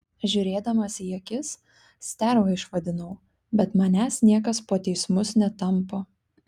žiūrėdamas į akis sterva išvadinau bet manęs niekas po teismus netampo